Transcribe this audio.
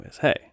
Hey